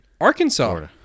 Arkansas